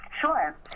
Sure